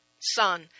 Son